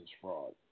fraud